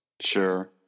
Sure